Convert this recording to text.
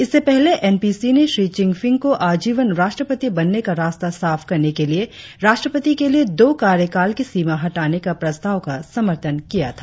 इससे पहले एनपीसी ने श्री चिन फिंग को आजीवन राष्ट्रपति बनने का रास्ता साफ करने के लिए राष्ट्रपति के लिये दो कार्यकाल की सीमा हटाने के प्रस्ताव का समर्थन किया था